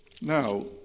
Now